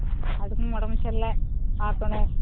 அதுக்கும் உடம்பு சரியில்ல பார்க்கணும்